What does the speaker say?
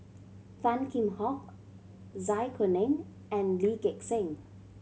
Tan Kheam Hock Zai Kuning and Lee Gek Seng